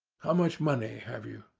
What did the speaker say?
how much money have you?